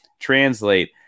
translate